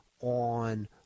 on